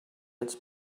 its